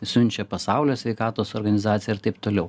siunčia pasaulio sveikatos organizacija ir taip toliau